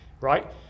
right